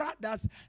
brothers